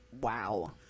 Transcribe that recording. wow